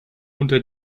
unter